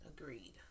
agreed